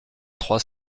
trois